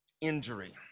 injury